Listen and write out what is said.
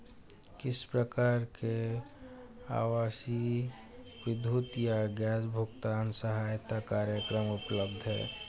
किस प्रकार के आवासीय विद्युत या गैस भुगतान सहायता कार्यक्रम उपलब्ध हैं?